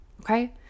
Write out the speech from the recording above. okay